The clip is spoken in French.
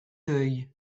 œil